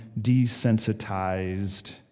desensitized